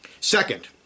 Second